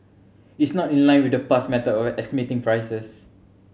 it's not in line with the past method of estimating prices